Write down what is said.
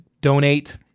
donate